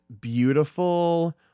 beautiful